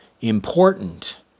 important